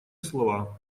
слова